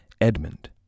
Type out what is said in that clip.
Edmund